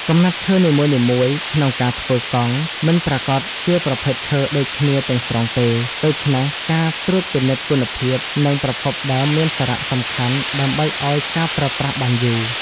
កំណាត់ឈើនីមួយៗក្នុងការធ្វើកង់មិនប្រាកដជាប្រភេទឈើដូចគ្នាទាំងស្រុងទេ ដូច្នេះការត្រួតពិនិត្យគុណភាព និងប្រភពដើមមានសារៈសំខាន់ដើម្បីអោយការប្រើប្រាស់បានយូរ។